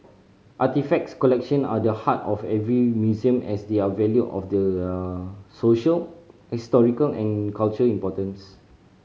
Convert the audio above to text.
artefacts collection are the heart of every museum as they are valued for their social historical and cultural importance